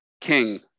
king